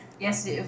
Yes